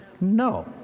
No